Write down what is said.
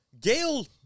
Gail